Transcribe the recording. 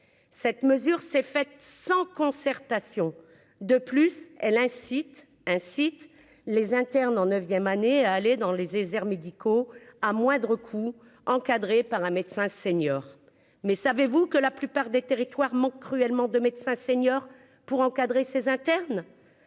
cette mesure s'est fait sans concertation, de plus elle incite incite les internes en 9ème année à aller dans les déserts médicaux à moindres coûts, encadrés par un médecin senior mais savez-vous que la plupart des territoires manque cruellement de médecins seniors pour encadrer ces internes :